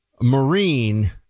Marine